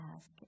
ask